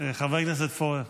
חבר הכנסת פורר,